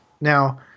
Now